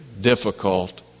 difficult